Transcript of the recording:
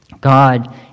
God